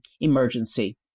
emergency